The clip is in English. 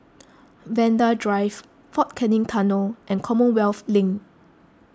Vanda Drive fort Canning Tunnel and Commonwealth Link